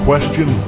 Question